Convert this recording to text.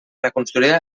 reconstruïda